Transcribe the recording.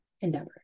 endeavor